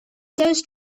those